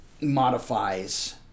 modifies